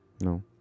no